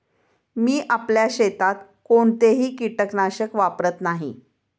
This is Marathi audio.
मी आपल्या शेतात कोणतेही कीटकनाशक वापरत नाही